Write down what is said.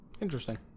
Interesting